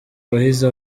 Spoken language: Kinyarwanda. wahize